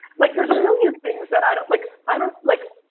like there's a million things that i don't like. i don't like,